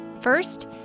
First